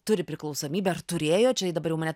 turi priklausomybęar turėjo čia dabar jau mane